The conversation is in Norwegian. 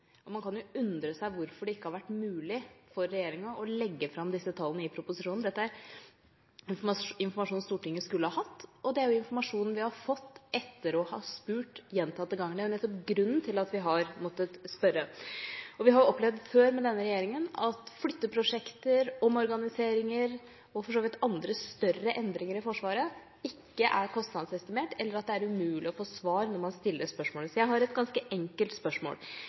proposisjonen. Man kan undre seg over hvorfor det ikke har vært mulig for regjeringa å legge fram disse tallene i proposisjonen. Det er informasjon Stortinget skulle hatt, og det er informasjon vi har fått etter å ha spurt gjentatte ganger. Det er nettopp grunnen til at vi har måttet spørre. Vi har opplevd før med denne regjeringa at flytteprosjekter, omorganiseringer og andre større endringer i Forsvaret ikke er kostnadsestimert, eller at det er umulig å få svar når man stiller spørsmål. Jeg har et ganske enkelt spørsmål: